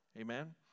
Amen